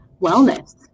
wellness